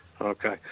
Okay